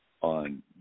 on